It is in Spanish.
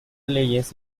leyes